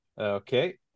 Okay